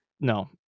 no